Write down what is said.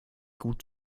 gut